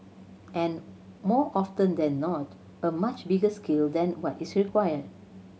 and more often than not a much bigger scale than what is required